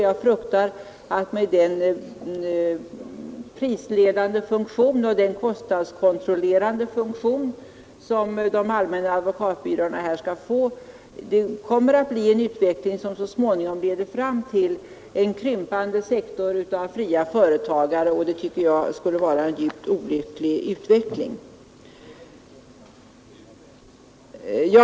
Jag fruktar att det med den prisledande och kostnadskontrollerande funktion som de allmänna advokatbyråerna skall få kommer att bli en utveckling som så småningom leder till en krympande sektor av fria företagare, och det skulle vara djupt olyckligt.